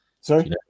Sorry